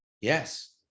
yes